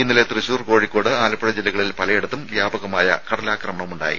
ഇന്നലെ തൃശൂർ കോഴിക്കോട് ആലപ്പുഴ ജില്ലകളിൽ പലയിടത്തും വ്യാപകമായ കടലാക്രമണമുണ്ടായി